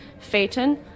Phaeton